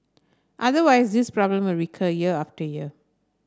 otherwise this problem will recur year after year